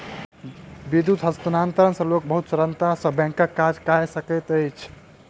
विद्युत हस्तांतरण सॅ लोक बहुत सरलता सॅ बैंकक काज कय सकैत अछि